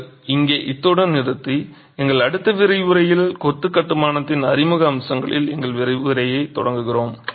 நாங்கள் இங்கே இத்துடன் நிறுத்தி எங்கள் அடுத்த விரிவுரையில் கொத்து கட்டுமானத்தின் அறிமுக அம்சங்களில் எங்கள் விரிவுரையைத் தொடர்கிறோம்